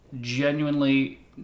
genuinely